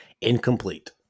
Incomplete